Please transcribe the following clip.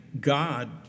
God